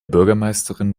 bürgermeisterin